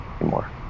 anymore